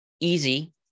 easy